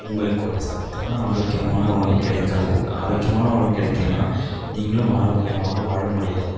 உங்களுக்கு ஒரு சத்தான ஆரோக்கியமான உணவு கிடைக்காது ஆரோக்கியமான உணவு கிடைக்கலனா நீங்களும் ஆரோக்கியமாக வாழ முடியாது